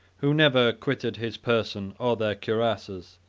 who never quitted his person or their cuirasses,